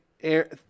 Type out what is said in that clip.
air